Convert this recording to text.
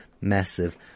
massive